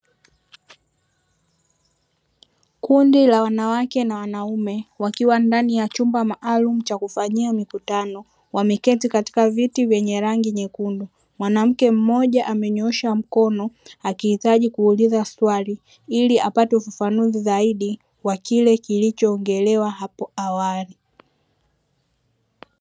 Kundi la wanawake na wanaume wakiwa ndani ya chumba maalumu cha kufanyia mikutano wameketi katika viti vyenye rangi nyekundu, mwanamke mmoja amenyoosha mkono akihitaji kuuliza swali ili apate ufafanuzi zaidi wa kile kilichoongelewa hapo awali.